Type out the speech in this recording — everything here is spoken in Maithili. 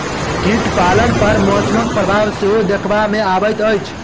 कीट पालन पर मौसमक प्रभाव सेहो देखबा मे अबैत अछि